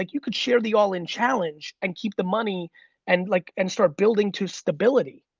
like you could share the all in challenge and keep the money and like and start building to stability.